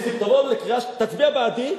תצביע בעדי,